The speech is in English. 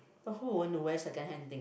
who will want to wear secondhand thing